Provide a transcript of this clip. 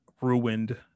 ruined